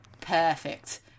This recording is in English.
perfect